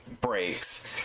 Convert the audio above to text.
breaks